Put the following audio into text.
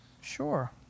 sure